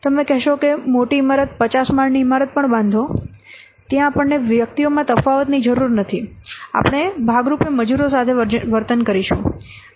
તમે કહેશો કે મોટી ઇમારત 50 માળની ઇમારત પણ બાંધો ત્યાં આપણને વ્યક્તિઓમાં તફાવતની જરૂર નથી આપણે ભાગ રૂપે મજૂરો સાથે વર્તન કરીશું